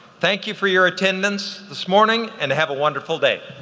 thank you for your attendance this morning and have a wonderful day.